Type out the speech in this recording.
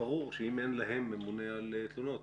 ברור שאם אין להם ממונה על תלונות,